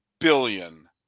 billion